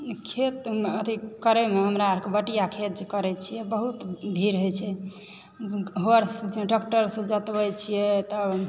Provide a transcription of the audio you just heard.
ई खेत अथी करयमे हमरा अरके बटैईया खेत जे करै छियै बहुत भीड़ होइत छै हर ट्रेक्टरसँ जोतबय छियै तब